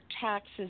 taxes